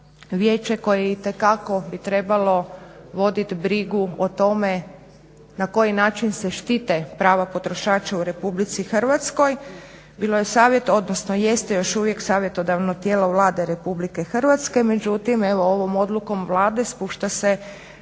vijeće koje bi itekako trebalo voditi brigu o tome na koji način se štite prava potrošača u RH. bilo je savjet odnosno jeste još uvijek savjetodavno tijelo Vlade RH međutim ovom odlukom Vlade spušta se